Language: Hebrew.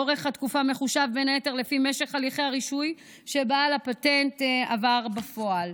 אורך התקופה מחושב בין היתר לפי משך הליכי הרישוי שבעל הפטנט עבר בפועל.